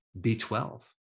B12